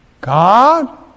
God